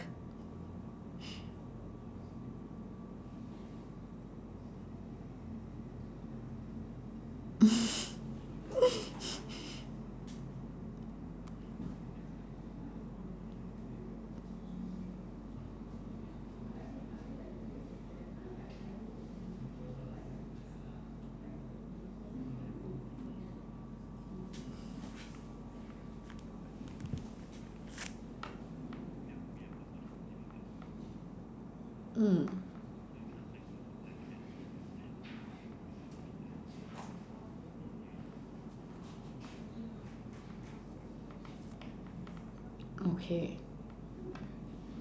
mm okay